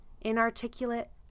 inarticulate